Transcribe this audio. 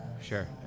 Sure